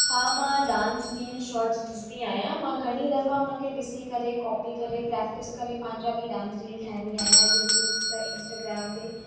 हा मां dance reel shorts ॾिसंदी आहियां मां घणी दफ़ा हुनखे ॾिसी करे कॉपी करे प्रैक्टिस करे पंहिंजा बि डांस रील ठाहींदी आहियां यूट्यूब ते इंस्टाग्राम ते